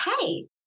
hey